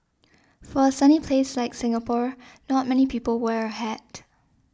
for a sunny place like Singapore not many people wear a hat